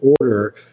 order